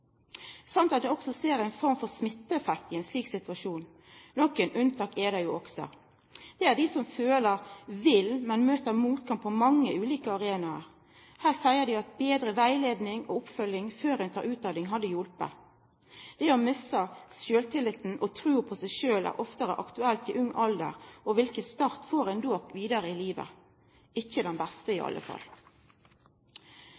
ser ei form for smitteeffekt i ein slik situasjon. Nokre unntak er det òg. Det er dei som føler at dei vil, men møter motgang på mange ulike arenaer. Dei seier at betre rettleiing og oppfølging før ein tek utdanning, hadde hjelpt. Det å missa sjølvtilliten og trua på seg sjølv er oftare aktuelt i ung alder. Kva start får ein då for det vidare livet? Ikkje den beste i